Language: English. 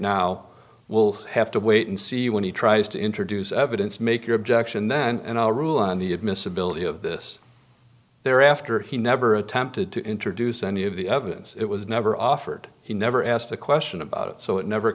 now we'll have to wait and see when he tries to introduce evidence make your objection then and i'll rule on the admissibility of this thereafter he never attempted to introduce any of the evidence it was never offered he never asked a question about it so it never